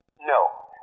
no